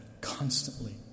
constantly